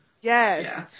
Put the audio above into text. Yes